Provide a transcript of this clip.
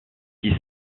six